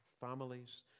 families